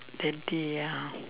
the day ah